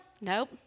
Nope